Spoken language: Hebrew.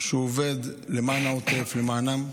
הוא עובד למען העוטף, למענם.